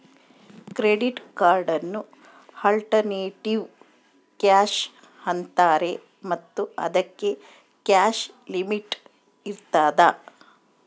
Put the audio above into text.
credit ಕಾರ್ಡನ್ನು alternative cash ಅಂತಾರೆ ಮತ್ತು ಇದಕ್ಕೆ ಕ್ಯಾಶ್ ಲಿಮಿಟ್ ಇರ್ತದ